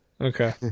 okay